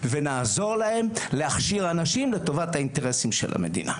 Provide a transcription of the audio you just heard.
ונעזור להם להכשיר אנשים לטובת האינטרסים של המדינה.